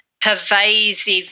pervasive